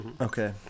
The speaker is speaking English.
okay